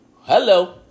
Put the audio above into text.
Hello